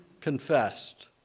confessed